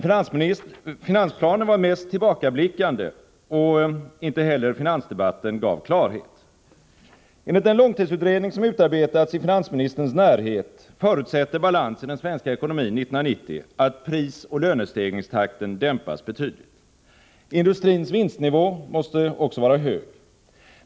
Finansplanen var mest tillbakablickande, och inte heller finansdebatten gav klarhet. Enligt den långtidsutredning som utarbetats i finansministerns närhet förutsätter balans i den svenska ekonomin 1990 att prisoch lönestegringstakten dämpas betydligt. Industrins vinstnivå måste också vara hög.